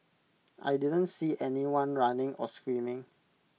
I didn't see anyone running or screaming